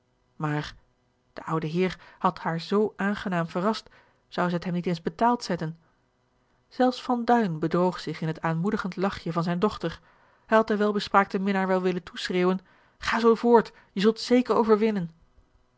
maar de oude heer had haar zoo aangenaam verrast zou zij het hem niet eens betaald zetten zelfs van duin bedroog zich in het aanmoedigend lachje van zijne dochter hij had den welbespraakten minnaar wel willen toeschreeuwen ga zoo voort je zult zeker overwinnen